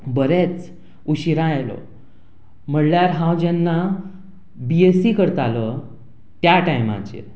बरोच उसरां आयलो म्हणल्यार हांव जेन्ना बी एस सी करतालो त्या टायमाचेर